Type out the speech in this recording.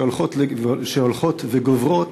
שהולכות וגוברות